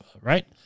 right